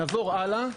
נעבור הלאה,